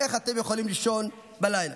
איך אתם יכולים לישון בלילה?